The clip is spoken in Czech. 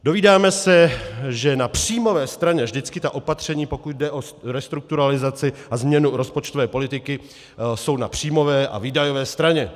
Dovídáme se, že na příjmové straně vždycky ta opatření, pokud jde o restrukturalizaci a změnu rozpočtové politiky, jsou na příjmové a výdajové straně.